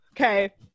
okay